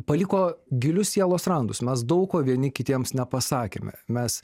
paliko gilius sielos randus mes daug ko vieni kitiems nepasakėme mes